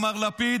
מר לפיד,